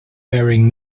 wearing